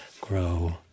grow